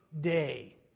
day